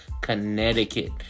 Connecticut